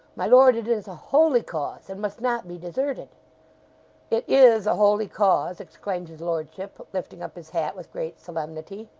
my lord, it is a holy cause, and must not be deserted it is a holy cause exclaimed his lordship, lifting up his hat with great solemnity.